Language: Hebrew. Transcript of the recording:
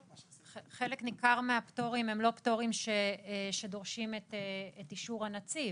חלק ניכר מהפטורים הם לא פטורים שדורשים את אישור הנציב.